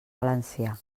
valencià